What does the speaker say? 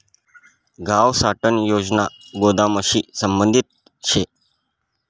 गाव साठवण योजना गोदामशी संबंधित शे